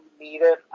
Needed